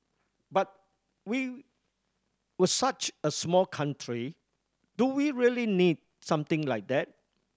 but we were such a small country do we really need something like that